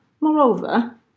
moreover